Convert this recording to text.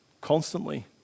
constantly